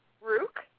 Rook